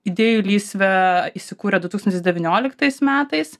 idėjų lysvė įsikūrė du tūkstantis devynioliktais metais